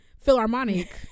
Philharmonic